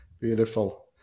Beautiful